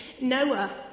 Noah